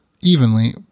evenly